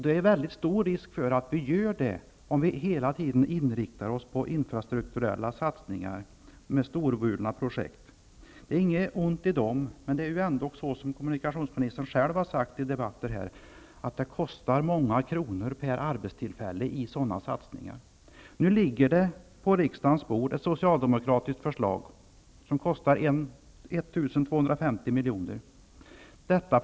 Det är en stor risk för det om vi hela tiden riktar in oss på infrastrukturella satsningar och storvulna projekt. Det är inget ont i dem. Men som kommunikationsministern själv har sagt kostar sådana satsningar många kronor. Nu ligger på riksdagens bord ett socialdemokratiskt förslag som kostar 1 250 milj.kr.